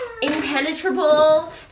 impenetrable